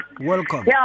Welcome